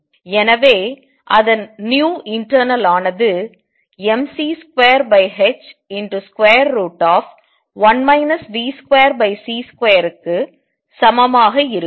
எனவே அதன் internal ஆனது mc2h1 v2c2க்கு சமமாக இருக்கும்